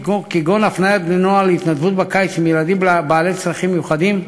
כגון הפניית בני-נוער להתנדבות בקיץ עם ילדים בעלי צרכים מיוחדים,